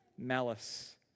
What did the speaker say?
malice